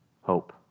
hope